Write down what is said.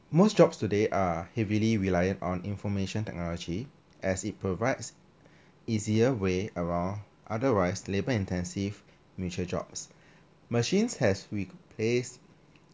most jobs today are heavily reliant on information technology as it provides easier way around otherwise labour intensive manual jobs machines has replace